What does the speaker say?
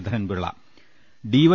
Sreedharan Pillai D